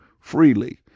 freely